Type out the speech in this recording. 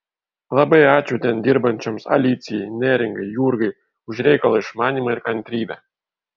labai ačiū ten dirbančioms alicijai neringai jurgai už reikalo išmanymą ir kantrybę